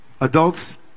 Adults